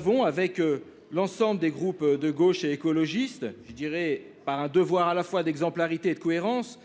pour laquelle l'ensemble des groupes de gauche et écologistes, mus par un devoir d'exemplarité et de cohérence,